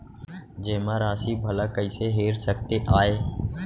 जेमा राशि भला कइसे हेर सकते आय?